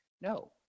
No